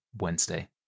Wednesday